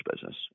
business